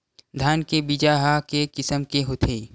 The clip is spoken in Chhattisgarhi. धान के बीजा ह के किसम के होथे?